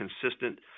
consistent